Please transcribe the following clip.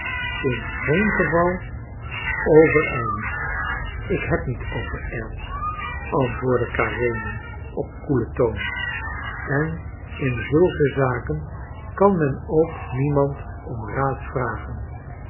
in geen geval overijlen ik heb mij niet overijld antwoordde karenin op koelen toon en in zulke zaken kan men ook niemand om raad vragen